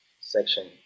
section